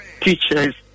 teachers